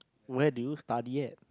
where do you study at